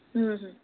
হুম হুম